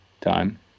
time